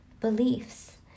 beliefs